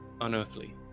unearthly